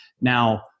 Now